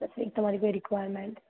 પછી તમારી કોઈ રિકવાયમેન્ટ